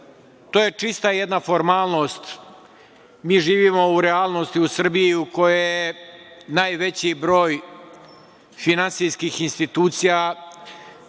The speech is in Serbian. to je čista jedna formalnost. Mi živimo u realnosti u Srbiji u kojoj su najveći broj finansijskih institucija